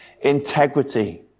integrity